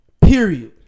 Period